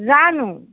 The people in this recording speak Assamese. জানো